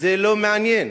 זה לא מעניין,